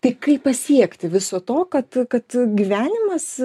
tai kaip pasiekti viso to kad kad gyvenimas